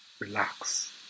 relax